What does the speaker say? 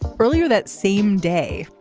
earlier that same day.